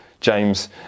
James